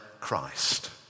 Christ